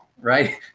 right